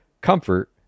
comfort